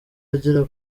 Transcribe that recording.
agera